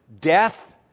death